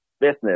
business